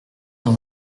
dans